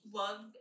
love